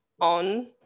on